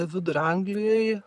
vidurio anglijoj